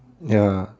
ya